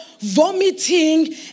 vomiting